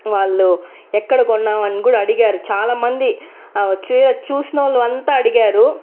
వాళ్ళు ఎక్కడ కొన్నావు అని కూడా అడిగారు చాలా మంది చూ చూసినవాళ్ళు అంతా అడిగారు